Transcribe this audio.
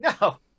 No